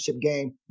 game